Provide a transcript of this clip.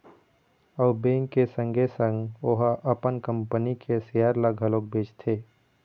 अउ बेंक के संगे संग ओहा अपन कंपनी के सेयर ल घलोक बेचथे